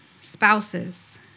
spouses